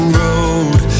road